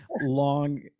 long